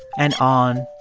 and on,